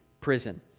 prison